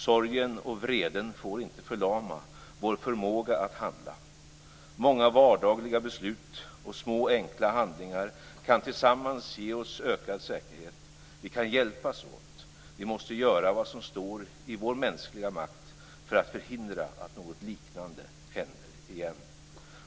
Sorgen och vreden får inte förlama vår förmåga att handla. Många vardagliga beslut och små enkla handlingar kan tillsammans ge oss ökad säkerhet. Vi kan hjälpas åt. Vi måste göra vad som står i vår mänskliga makt för att förhindra att något liknande händer igen.